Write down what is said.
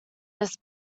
this